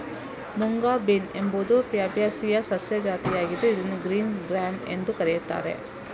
mung bean ಎಂಬುದು ಫ್ಯಾಬೇಸಿಯ ಸಸ್ಯ ಜಾತಿಯಾಗಿದ್ದು ಇದನ್ನು ಗ್ರೀನ್ ಗ್ರ್ಯಾಮ್ ಎಂದೂ ಕರೆಯುತ್ತಾರೆ